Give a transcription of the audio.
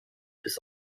bis